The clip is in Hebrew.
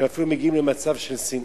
הם אפילו מגיעים למצב של שנאה,